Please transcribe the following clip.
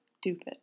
Stupid